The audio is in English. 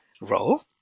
role